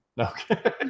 Okay